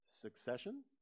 succession